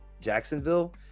jacksonville